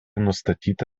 nustatyti